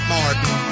Martin